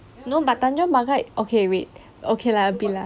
no but tanjong pagar okay wait okay lah la a bit lah